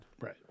Right